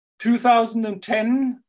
2010